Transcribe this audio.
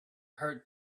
heart